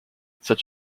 such